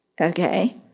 Okay